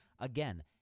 Again